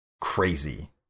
crazy